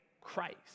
Christ